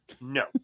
No